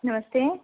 नमस्ते